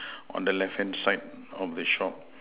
on the left hand side of the shop